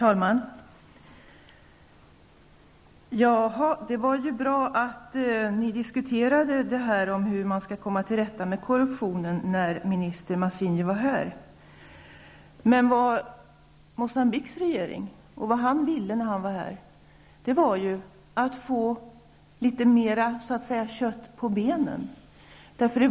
Herr talman! Det var ju bra att ni diskuterade hur man skall komma till rätta med korruptionen när minister Matsinha var här. Men vad Moçambiques regering och han ville när han var här var ju att få litet mer kött på benen.